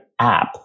app